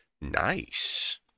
nice